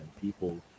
people